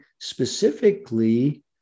specifically